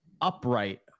upright